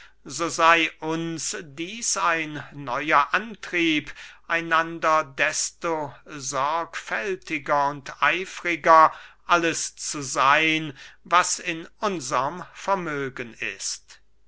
sey uns dieß ein neuer antrieb einander desto sorgfältiger und eifriger alles zu seyn was in unserm vermögen ist